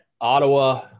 Ottawa